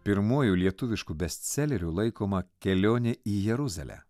pirmuoju lietuvišku bestseleriu laikoma kelionė į jeruzalę